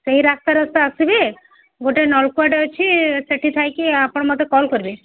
ସେଇ ରାସ୍ତାରେ ତ ଆସିବେ ଗୋଟେ ନଲକୂଅଟେ ଅଛି ସେଠି ଥାଇକି ଆପଣ ମୋତେ କଲ୍ କରିବେ